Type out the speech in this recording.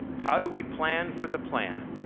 how do we plan for the plan?